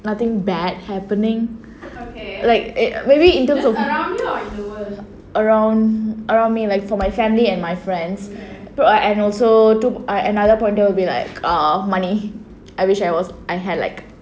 nothing bad happening like err maybe in terms of around around me like for my family and my friends and also another pointer will be like err money I wish I was I had like